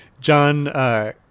John –